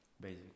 basic